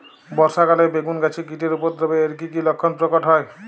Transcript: বর্ষা কালে বেগুন গাছে কীটের উপদ্রবে এর কী কী লক্ষণ প্রকট হয়?